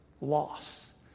loss